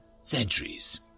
centuries